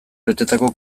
betetako